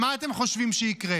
מה אתם חושבים שיקרה